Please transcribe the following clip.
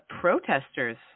protesters